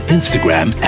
Instagram